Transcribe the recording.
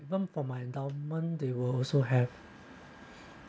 even for my endowment they were also have